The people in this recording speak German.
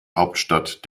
hauptstadt